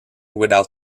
without